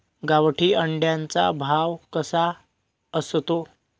गावठी अंड्याचा भाव कसा असतो?